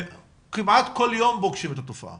כמעט כל יום פוגשים את התופעה